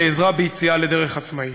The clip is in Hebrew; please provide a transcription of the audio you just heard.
לעזרה ביציאה לדרך עצמאית.